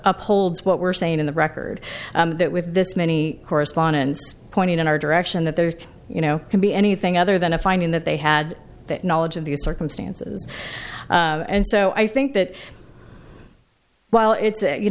upholds what we're saying on the record that with this many correspondents pointing in our direction that there's you know can be anything other than a finding that they had that knowledge of these circumstances and so i think that well it's you